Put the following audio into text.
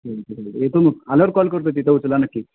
येतो मग आल्यावर कॉल करतो तिथं उचला नक्की